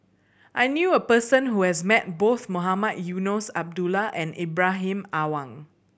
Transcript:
I knew a person who has met both Mohamed Eunos Abdullah and Ibrahim Awang